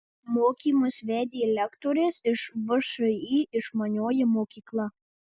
mokymus vedė lektorės iš všį išmanioji mokykla